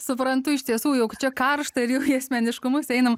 suprantu iš tiesų jog čia karšta ir jau į asmeniškumus einam